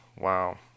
wow